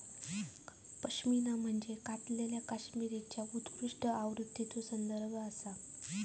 पश्मिना म्हणजे कातलेल्या कश्मीरीच्या उत्कृष्ट आवृत्तीचो संदर्भ आसा